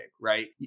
right